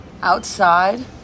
outside